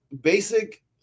basic